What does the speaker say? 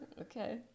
Okay